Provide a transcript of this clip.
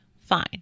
Fine